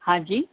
हां जी